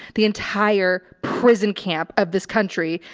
the entire prison camp of this country.